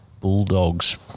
Bulldogs